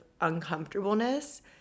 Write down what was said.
uncomfortableness